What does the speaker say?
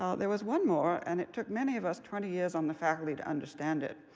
um there was one more, and it took many of us twenty years on the faculty to understand it.